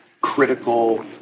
critical